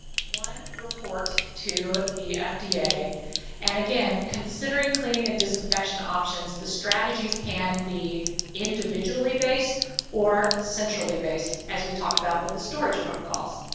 one report to the fda. and again, considering cleaning and disinfection options, the strategies can be individually based or centrally based, as we talked about with the storage protocols.